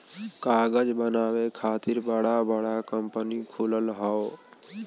कागज बनावे खातिर बड़ा बड़ा कंपनी खुलल हौ